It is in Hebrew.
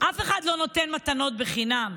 אף אחד לא נותן מתנות חינם,